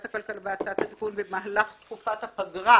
הכלכלה בהצעת התיקון במהלך תקופת הפגרה,